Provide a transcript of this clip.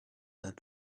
that